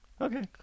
okay